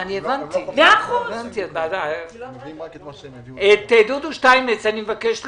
אני מבקש להביא ל-זום את דודו שטיינמץ.